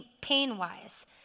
pain-wise